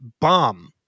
bomb